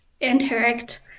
interact